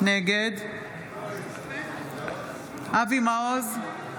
נגד אבי מעוז,